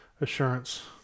assurance